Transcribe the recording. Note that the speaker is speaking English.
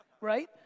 Right